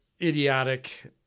idiotic